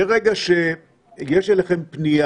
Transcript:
מרגע שיש אליכם פניה